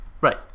Right